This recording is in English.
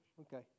okay